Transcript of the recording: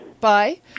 Bye